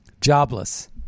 Jobless